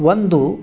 ಒಂದು